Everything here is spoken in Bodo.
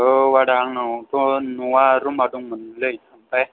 औ आदा आंनावथ' न'आ रुमआ दंमोनलै ओमफ्राय